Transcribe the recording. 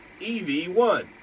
EV1